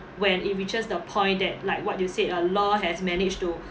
when it reaches the point that like what you said a law has managed to